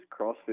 CrossFit